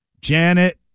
Janet